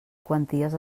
quanties